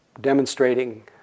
demonstrating